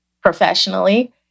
professionally